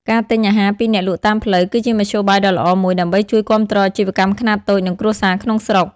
ការទិញអាហារពីអ្នកលក់តាមផ្លូវ គឺជាមធ្យោបាយដ៏ល្អមួយដើម្បីជួយគាំទ្រអាជីវកម្មខ្នាតតូច និងគ្រួសារក្នុងស្រុក ។